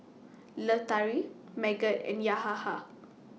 Lestari Megat and Yahaya